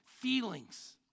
feelings